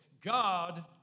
God